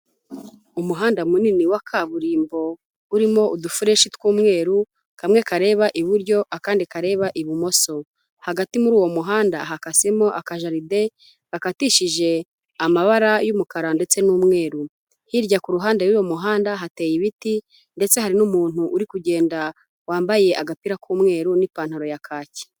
Umuhanda munini wa kaburimbo urimo udufureshi tw'umweru, kamwe kareba iburyo, akandi kareba ibumoso, hagati muri uwo muhanda hakasemo akajaride bakatishije amabara y'umukara ndetse n'umweru, hirya ku ruhande rw'uyu muhanda hateye ibiti ndetse hari n'umuntu uri kugenda wambaye agapira k'umweru n'ipantaro ya kaki.